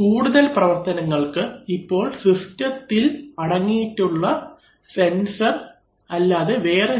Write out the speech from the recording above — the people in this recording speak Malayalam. കൂടുതൽ പ്രവർത്തനങ്ങൾക്ക് ഇപ്പോൾ സിസ്റ്റത്തിൽ അടങ്ങിയിട്ടില്ലാത്ത